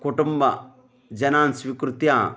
कुटुम्बजनान् स्वीकृत्य